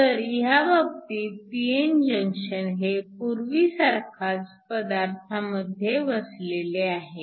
तर ह्या बाबतीत pn जंक्शन हे पूर्वीसारखाच पदार्थांमध्ये वसलेले आहे